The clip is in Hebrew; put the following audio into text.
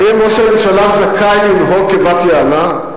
האם ראש הממשלה זכאי לנהוג כבת יענה?